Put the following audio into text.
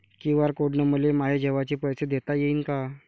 QR code न मले माये जेवाचे पैसे देता येईन का?